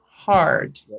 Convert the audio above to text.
Hard